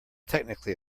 technically